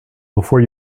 before